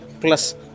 plus